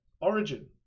origin